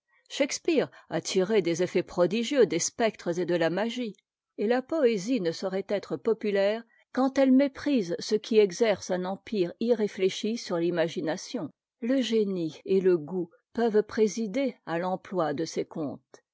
shakspeare a tiré des effets prodigieux des spectres et de là magie et la poésie ne saurait être populaire quand elle méprise ce qui exerce un empire irréfléchi sur l'imagination le génie et e goût peuvent présider à l'emploi de ces contes